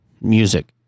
music